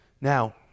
Now